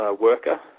Worker